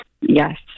Yes